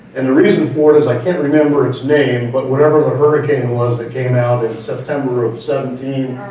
and the reason for it is i can't remember it's name, but whatever the hurricane was that came out in september of seventeen,